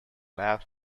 left